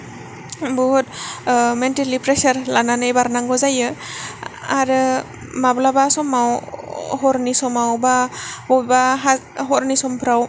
बुहुत mentally pressure लानानै बारनांगौ जायो आरो माब्लाबा समाव हरनि समाव बा बबेबा हा हरनि समफ्राव